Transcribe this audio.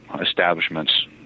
establishments